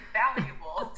valuable